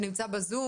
שנמצא ב-zoom,